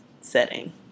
setting